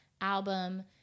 album